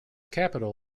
capital